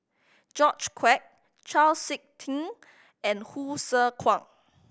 George Quek Chau Sik Ting and Hsu Tse Kwang